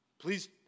Please